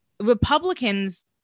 Republicans